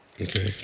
Okay